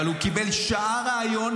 אבל הוא קיבל שעה ריאיון,